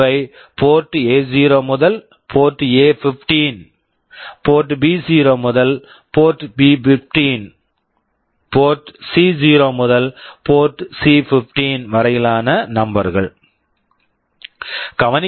இவை போர்ட் ஏ0 port A0 முதல் போர்ட் ஏ15 port A15 போர்ட் பி0 port B0 முதல் போர்ட் பி15 port B15 போர்ட் சி0 port C0 முதல் போர்ட் சி15 port C15 வரையிலான நம்பர் number கள்